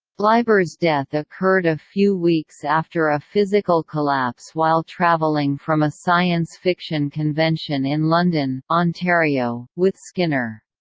leiber's death occurred a few weeks after a physical collapse while traveling from a science fiction convention in london, ontario, with skinner.